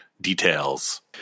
details